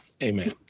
Amen